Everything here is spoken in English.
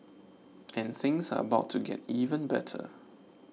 and things are about to get even better